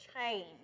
change